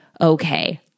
okay